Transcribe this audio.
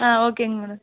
ஆ ஓகேங்க மேடம்